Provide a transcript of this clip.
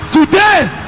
today